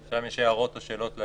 שאלה אם יש הערות או שאלות.